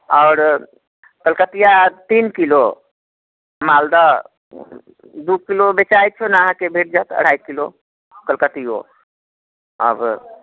आओर कलकतिआ तीन किलो मालदह दू किलो बेचैत छन अहाँकेँ भेट जाएत अढ़ाइ किलो कलकतिओ अब